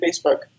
Facebook